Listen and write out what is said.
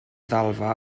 ddalfa